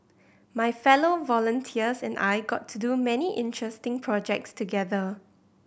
my fellow volunteers and I got to do many interesting projects together